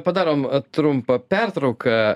padarom trumpą pertrauką